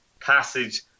passage